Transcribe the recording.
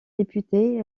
députés